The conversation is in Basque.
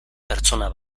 pertsona